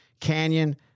Canyon